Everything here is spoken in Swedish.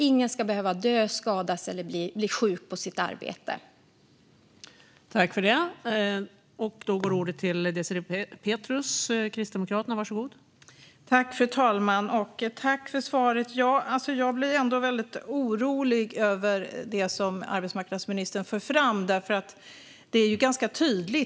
Ingen ska behöva dö, skadas eller bli sjuk på sin arbetsplats.